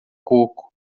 coco